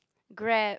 Grab